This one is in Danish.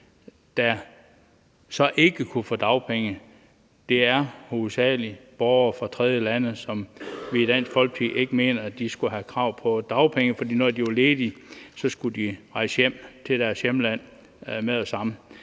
der så ikke kunne få dagpenge, var det hovedsagelig borgere fra tredjelande, og i Dansk Folkeparti mener vi ikke, at de skal have krav på dagpenge. For hvis de er ledige, skal de jo rejse hjem til deres hjemland med det samme.